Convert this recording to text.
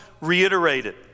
reiterated